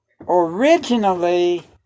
Originally